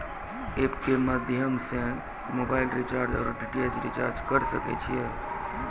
App के माध्यम से मोबाइल रिचार्ज ओर डी.टी.एच रिचार्ज करऽ सके छी यो?